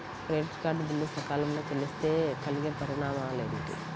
Credit card bill సకాలంలో చెల్లిస్తే కలిగే పరిణామాలేమిటి?